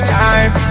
time